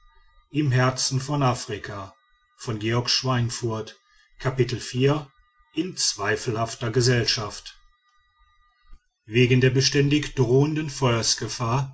in zweifelhafter gesellschaft wegen der beständig drohenden